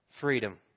freedom